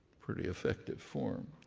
pretty effective form,